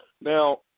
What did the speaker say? Now